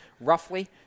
roughly